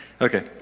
okay